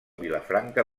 vilafranca